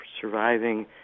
surviving